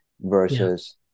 versus